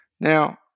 Now